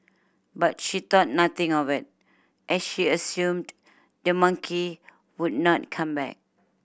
but she thought nothing of it as she assumed the monkey would not come back